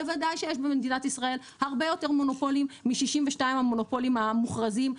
בוודאי שיש במדינת ישראל הרבה יותר מונופולים מ-62 המונופולים המוכרזים,